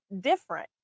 different